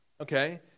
okay